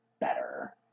better